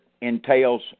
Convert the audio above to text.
entails